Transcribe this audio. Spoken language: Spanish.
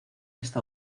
está